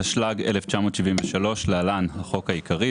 התשל"ג-1973 (להלן החוק העיקרי),